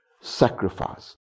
sacrifice